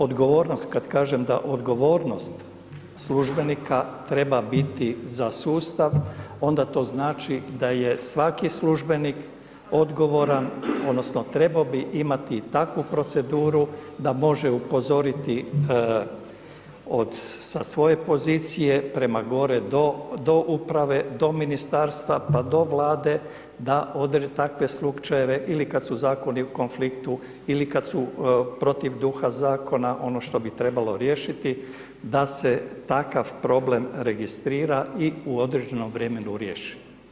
Odgovornost kad kažem da odgovornost službenika treba biti za sustav onda to znači da je svaki službenik odgovoran odnosno bi trebao imati i takvu proceduru da može upozoriti od sa svoje pozicije prema gore do uprave, do ministarstva, pa do vlade, da takve slučajeve ili kad su zakoni u konfliktu ili kad su protiv duha zakona, ono što bi trebalo riješiti, da se takav problem registrira i u određenom vremenu riješi.